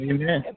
Amen